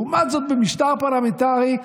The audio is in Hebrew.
לעומת זאת במשטר פרלמנטרי,